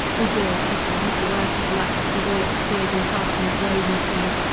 o dear asita, little worth is life, with all its tears and partings, woes and pains,